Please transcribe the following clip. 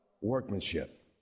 Workmanship